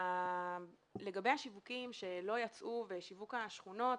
לגבי השיווקים שלא יצאו ושיווק השכונות,